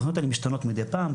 התוכניות האלה משתנות מדי פעם,